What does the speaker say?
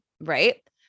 right